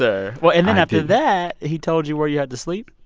sir. well, and then after that, he told you where you had to sleep?